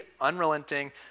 unrelenting